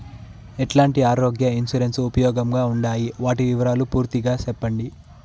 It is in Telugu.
ఎట్లాంటి ఆరోగ్య ఇన్సూరెన్సు ఉపయోగం గా ఉండాయి వాటి వివరాలు పూర్తిగా సెప్పండి?